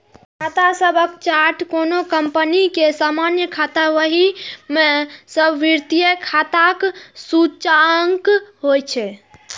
खाता सभक चार्ट कोनो कंपनी के सामान्य खाता बही मे सब वित्तीय खाताक सूचकांक होइ छै